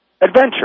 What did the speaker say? Adventure